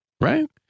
Right